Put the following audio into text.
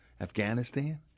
Afghanistan